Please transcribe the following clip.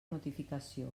notificació